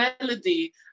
melody